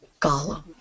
Gollum